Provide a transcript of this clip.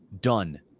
done